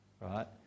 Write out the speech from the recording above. Right